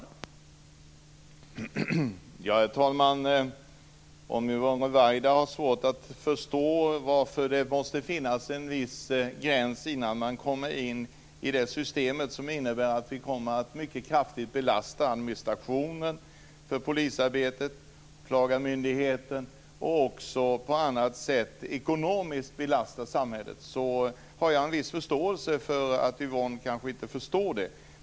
Herr talman! Om Yvonne Ruwaida har svårt att förstå varför det behövs en viss gräns innan man kommer in i ett system som innebär att administrationen mycket kraftigt belastas vad gäller polisarbetet och åklagarmyndigheten och att det på annat sätt blir en ekonomisk belastning för samhället, har jag viss förståelse för att Yvonne Ruwaida kanske inte förstår det.